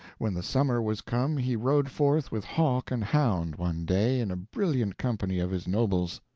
when the summer was come he rode forth with hawk and hound, one day, in a brilliant company of his nobles.